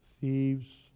thieves